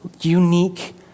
unique